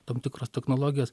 tam tikros technologijos